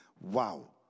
wow